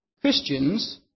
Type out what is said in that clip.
Christians